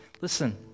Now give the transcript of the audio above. Listen